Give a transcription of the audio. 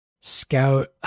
scout